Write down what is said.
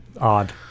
odd